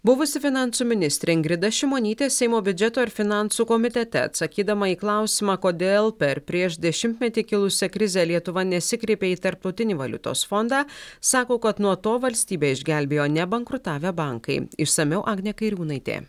buvusi finansų ministrė ingrida šimonytė seimo biudžeto ir finansų komitete atsakydama į klausimą kodėl per prieš dešimtmetį kilusią krizę lietuva nesikreipė į tarptautinį valiutos fondą sako kad nuo to valstybę išgelbėjo nebankrutavę bankai išsamiau agnė kairiūnaitė